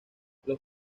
los